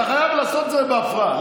אתה חייב לעשות את זה בהפרעה.